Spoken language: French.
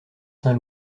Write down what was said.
saint